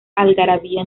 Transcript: algarabía